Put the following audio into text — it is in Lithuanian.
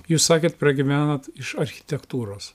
jūs sakėt pragyvenat iš architektūros